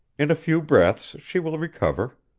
in a few breaths she will recover.